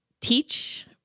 teach